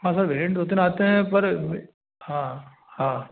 हाँ सर भेंड उतना आते हैं पर हाँ हाँ